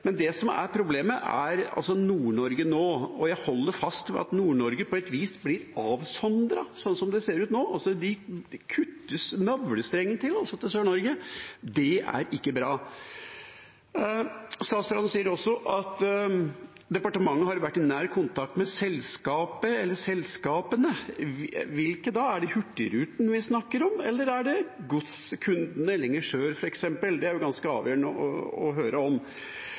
Men det som er problemet, er Nord-Norge nå. Jeg holder fast ved at Nord-Norge på et vis blir avsondret sånn som det ser ut nå – navlestrengen til Sør-Norge kuttes. Det er ikke bra. Statsråden sier også at departementet har vært i nær kontakt med selskapene. Hvilke da? Er det Hurtigruten vi snakker om, eller er det godskundene lenger sør, f.eks.? Det er ganske avgjørende å høre om.